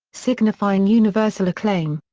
signifying universal acclaim.